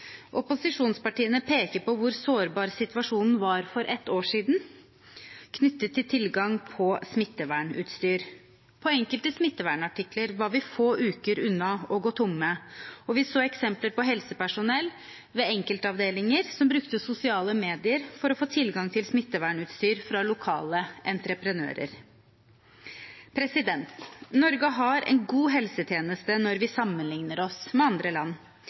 Opposisjonspartiene peker på hvor sårbar situasjonen var for et år siden knyttet til tilgang på smittevernutstyr. Enkelte smittevernartikler var vi få uker unna å gå tomme for, og vi så eksempler på helsepersonell ved enkeltavdelinger som brukte sosiale medier for å få tilgang til smittevernutstyr fra lokale entreprenører. Norge har en god helsetjeneste når vi sammenligner oss med andre land.